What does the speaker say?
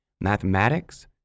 mathematics